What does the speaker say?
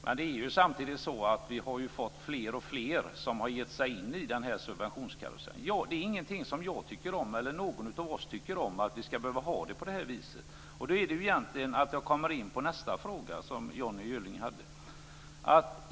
Men det har samtidigt blivit fler och fler som har gett sig in i den här subventionskarusellen. Det är ingenting som jag eller som någon av oss tycker om, att vi ska behöva ha det på det här viset. Då kommer jag egentligen in på nästa fråga som Johnny Gylling hade.